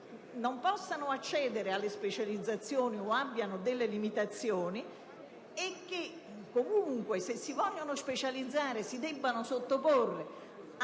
non possano accedere alle specializzazioni o abbiano delle limitazioni e che comunque, se si vogliono specializzare, si debbano sottoporre